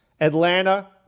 Atlanta